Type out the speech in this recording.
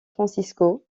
francisco